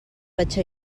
vaig